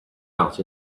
out